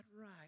right